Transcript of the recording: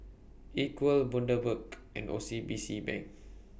Equal Bundaberg and O C B C Bank